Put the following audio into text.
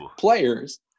players